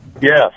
Yes